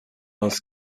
aus